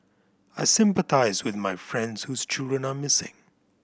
I sympathise with my friends whose children are missing